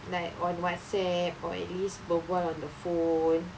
like on Whatsapp or at least berbual on the phone